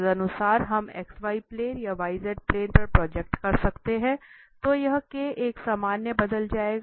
तदनुसार हम xz plane या yz प्लेन पर प्रोजेक्ट कर सकते हैं तो यह यह सामान्य बदल जाएगा